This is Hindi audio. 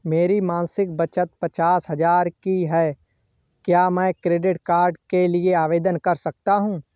मेरी मासिक बचत पचास हजार की है क्या मैं क्रेडिट कार्ड के लिए आवेदन कर सकता हूँ?